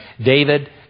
David